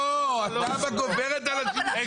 לא, התב"ע גוברת על ---.